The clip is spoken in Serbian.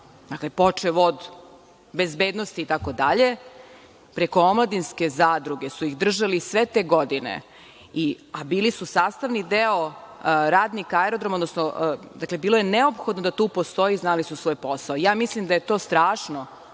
počev od bezbednosti, itd, preko omladinske zadruge su ih držali sve te godine, a bili su sastavni deo radnika aerodroma. Dakle, bilo je neophodno da tu postoji, znali su svoj posao. Ja mislim da je to strašno